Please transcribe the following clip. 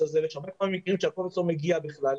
הזה ויש הרבה מקרים שהקובץ לא מגיע בכלל.